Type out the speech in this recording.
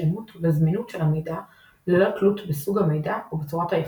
שלמות וזמינות של המידע ללא תלות בסוג המידע או בצורת האחסון,